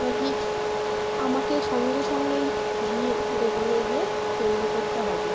নাকি আমাকে সঙ্গে সঙ্গেই গিয়ে দোকানে গিয়ে পেমেন্ট করতে হবে